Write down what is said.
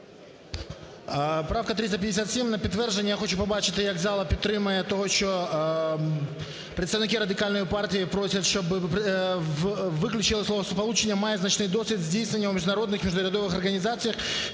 Правка 357 на підтвердження, я хочу побачити, як зала підтримає, того що представники Радикальної партії просять, щоб виключили словосполучення "має значний досвід здійснення у міжнародних міжурядових організаціях